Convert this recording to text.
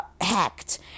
hacked